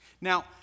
Now